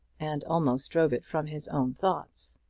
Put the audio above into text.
and almost drove it from his own thoughts.